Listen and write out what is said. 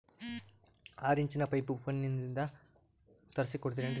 ಆರಿಂಚಿನ ಪೈಪು ಫೋನಲಿಂದ ಹೇಳಿ ತರ್ಸ ಕೊಡ್ತಿರೇನ್ರಿ?